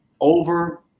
over